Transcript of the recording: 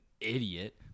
idiot